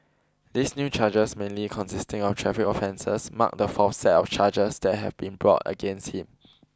these new charges mainly consisting of traffic offences mark the fourth set of charges that have been brought against him